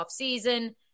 offseason